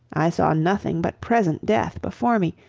i saw nothing but present death before me,